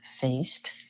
faced